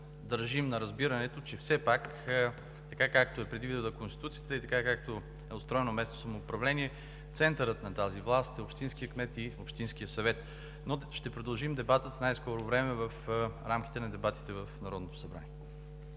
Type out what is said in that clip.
държим на разбирането, че все пак както е предвидила Конституцията и така както е устроено местното самоуправление, центърът на тази власт е общинският кмет и общинският съвет. Но ще продължим дебата в рамките на дебатите в Народното събрание.